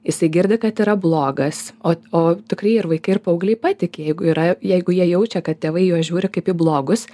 jisai girdi kad yra blogas o o tikrai ir vaikai ir paaugliai patiki jeigu yra jeigu jie jaučia kad tėvai į juos žiūri kaip į blogus